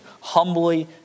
humbly